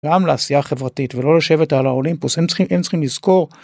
גם לעשייה חברתית ולא לשבת על האולימפוס צריכים צריכים לזכור.